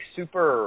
super